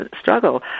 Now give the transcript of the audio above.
struggle